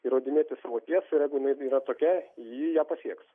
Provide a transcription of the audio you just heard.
įrodinėti savo tiesą ir jeigu jinai yra tokia ji ją pasieks